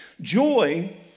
joy